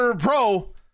Pro